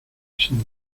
sin